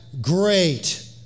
great